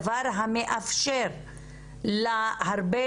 דבר המאפשר להרבה